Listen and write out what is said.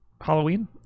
halloween